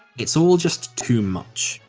it's all just too much.